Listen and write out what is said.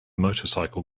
motorcycle